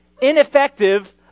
ineffective